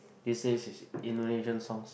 this is Indonesian songs